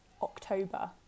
October